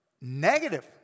Negative